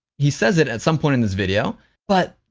he says it at some point in this video but